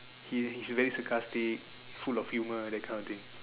his very sarcastic full of humor that kind of thing